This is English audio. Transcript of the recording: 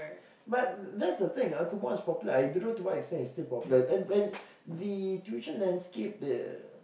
but that's the thing ah Kumon is popular I don't know to what extent is it still popular and and the tuition landscape uh